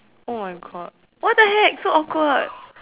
oh my God what the heck so awkward